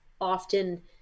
often